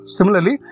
Similarly